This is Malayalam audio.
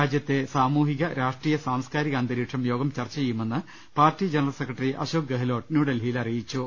രാജ്യത്തെ സാമൂഹിക രാഷ്ട്രീയ സാംസ്കാരിക അന്തരീക്ഷം യോഗം ചർച്ച ചെയ്യുമെന്ന് party general secretary Ashok Gehlot ന്യൂഡൽഹിയിൽ അറിയിച്ചു